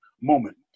moment